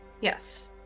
Yes